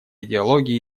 идеологии